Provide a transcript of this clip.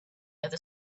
other